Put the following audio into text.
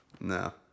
No